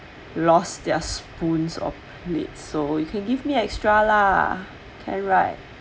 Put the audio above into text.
lost their spoons of need so you can give me extra lah can right